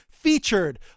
featured